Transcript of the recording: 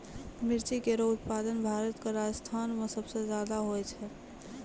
मिर्ची केरो उत्पादन भारत क राजस्थान म सबसे जादा होय छै